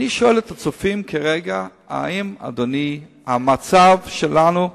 אני שואל את הצופים כרגע, האם, אדוני, המצב שלנו,